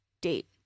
date